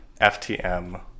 FTM